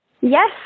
Yes